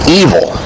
evil